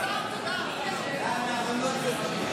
סליחה, אדוני,